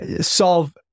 solve